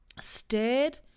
stared